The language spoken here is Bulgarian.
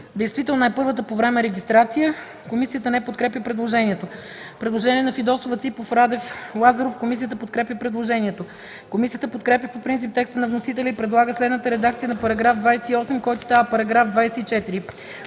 действителна е първата по време регистрация.” Комисията не подкрепя предложението. Предложение на Фидосова, Ципов, Радев, Лазаров. Комисията подкрепя предложението. Комисията подкрепя по принцип текста на вносителя и предлага следната редакция на § 28, който става § 24: § 24.